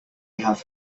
have